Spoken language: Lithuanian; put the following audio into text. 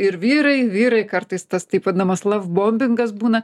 ir vyrai vyrai kartais tas taip vadinamas lavbombingas būna